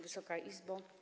Wysoka Izbo!